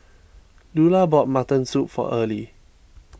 Lula bought Mutton Soup for Earlie